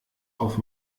auf